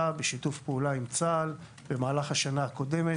בשיתוף פעולה עם צה"ל במהלך השנה הקודמת,